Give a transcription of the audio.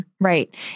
Right